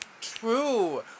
True